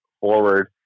forward